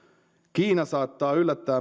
kiina saattaa yllättää